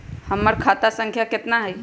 हमर खाता संख्या केतना हई?